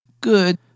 Good